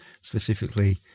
specifically